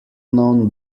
known